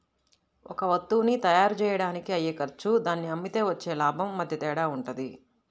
ఒక వత్తువుని తయ్యారుజెయ్యడానికి అయ్యే ఖర్చు దాన్ని అమ్మితే వచ్చే లాభం మధ్య తేడా వుంటది